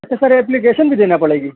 اچھا sir application بھی دینا پڑے گی